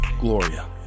Gloria